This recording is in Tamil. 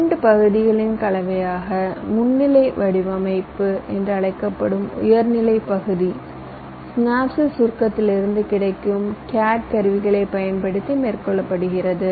இரண்டு பகுதிகளின் கலவையாக முன் நிலை வடிவமைப்பு என்று அழைக்கப்படும் உயர் நிலை பகுதி ஸ்னாப்சிஸ் சுருக்கத்திலிருந்து கிடைக்கும் சிஏடி கருவிகளைப் பயன்படுத்தி மேற்கொள்ளப்படுகிறது